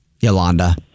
Yolanda